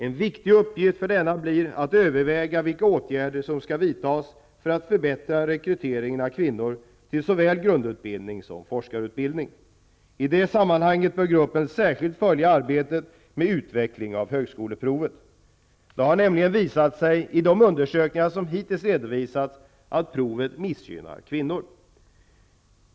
En viktig uppgift för gruppen blir att överväga vilka åtgärder som skall vidtas för att förbättra rekryteringen av kvinnor till såväl grundutbildning som forskarutbildning. I det sammanhanget bör gruppen särskilt följa arbetet med utveckling av högskoleprovet. Det har nämligen visat sig -- i de undersökningar som hittills redovisats -- att provet missgynnar kvinnor.